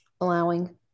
allowing